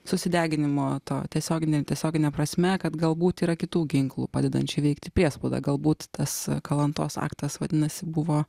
susideginimo to tiesioginė tiesiogine prasme kad galbūt yra kitų ginklų padedančių įveikti priespaudą galbūt tas kalantos aktas vadinasi buvo